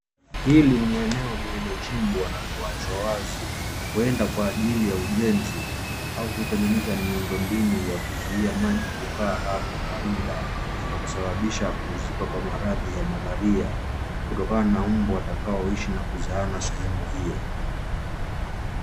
Hili ni eneo lililochimbwa na kuachwa wazi huenda, kwa ajili ya ujenzi au kutengeneza miundombinu ya kuzuia maji kukaa hapo kwa muda na kusababisha kuzuka kwa maradhi ya malaria kutokana na mbu watakaoishi na kuzaana sehemu hiyo.